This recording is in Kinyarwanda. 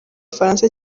bufaransa